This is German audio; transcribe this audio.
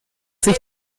sich